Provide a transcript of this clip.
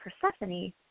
Persephone